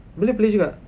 boleh boleh juga